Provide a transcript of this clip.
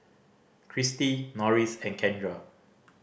Kristie Norris and Kendra